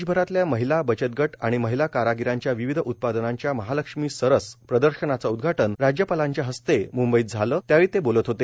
देशभरातल्या महिला बचतगट आणि महिला कारागिरांच्या विविध उत्पादनांच्या महालक्ष्मी सरस प्रदर्शनाचं उद्घाटन राज्यपालांच्या हस्ते मुंबईत झालं त्यावेळी ते बोलत होते